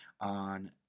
on